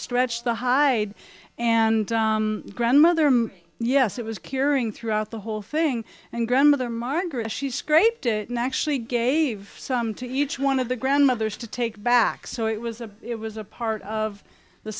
stretched the hide and grandmother yes it was curing throughout the whole thing and grandmother margaret she scraped it and actually gave some to each one of the grandmothers to take back so it was a it was a part of the